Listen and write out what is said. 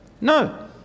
No